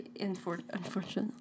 unfortunately